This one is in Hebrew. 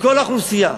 מכל האוכלוסייה.